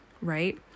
right